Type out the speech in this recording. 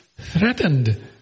threatened